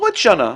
נוריד שנה,